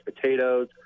potatoes